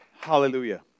Hallelujah